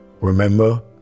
Remember